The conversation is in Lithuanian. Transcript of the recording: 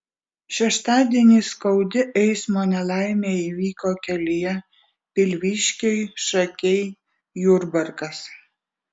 šeštadienį skaudi eismo nelaimė įvyko kelyje pilviškiai šakiai jurbarkas